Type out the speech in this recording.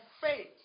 faith